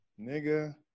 nigga